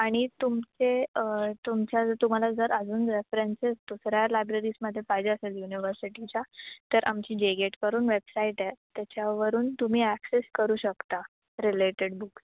आणि तुमचे तुमच्या जर तुम्हाला जर अजून रेफरन्सेस दुसऱ्या लायब्ररीजमध्ये पाहिजे असेल युनिव्हर्सिटीच्या तर आमची जे गेट करून वेबसाईटए त्याच्यावरून तुम्ही ॲक्सेस करू शकता रिलेटेड बुक्स